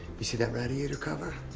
you see that radiator cover?